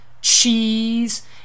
cheese